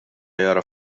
jara